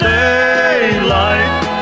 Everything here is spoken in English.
daylight